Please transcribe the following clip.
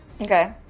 Okay